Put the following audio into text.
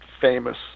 famous